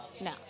No